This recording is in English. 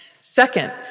Second